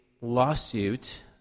lawsuit